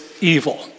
evil